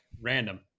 Random